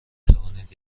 توانید